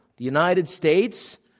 the united states,